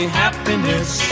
happiness